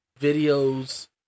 videos